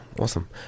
Awesome